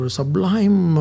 sublime